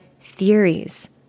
theories